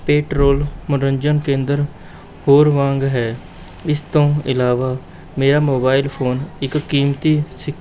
petrol ਮੰਨੋਰੰਜਨ ਕੇਂਦਰ ਹੋਰ ਵਾਂਗ ਹੈ ਇਸ ਤੋਂ ਇਲਾਵਾ ਮੇਰਾ ਮੋਬਾਇਲ ਫੋਨ ਇੱਕ ਕੀਮਤੀ ਸਿਖ